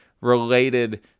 related